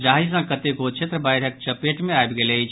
जाहि सँ कतेको क्षेत्र बाढ़िक चपेट मे आबि गेल अछि